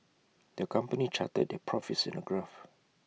the company charted their profits in A graph